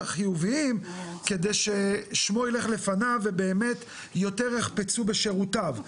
חיוביים כדי ששמו ילך לפניו ובאמת יותר יחפצו בשירותיו.